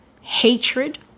hatred